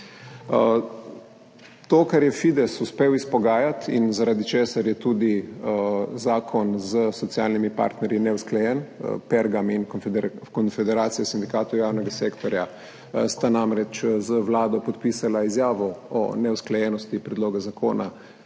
To, kar je Fides uspel izpogajati in zaradi česar je tudi zakon s socialnimi partnerji neusklajen, Pergam in Konfederacija sindikatov javnega sektorja sta namreč z Vlado podpisala izjavo o neusklajenosti predloga zakona